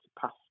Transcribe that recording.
pass